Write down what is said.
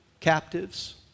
captives